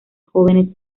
jóvenes